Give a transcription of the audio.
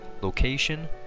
location